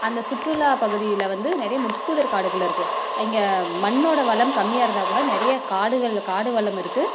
அந்த சுற்றுலா பகுதியில் வந்து நிறைய முட்புதர் காடுகள் இருக்குது இங்க மண்ணோடய வளம் கம்மியாக இருந்தால் கூட நிறைய காடுகள் காடு வளம் இருக்குது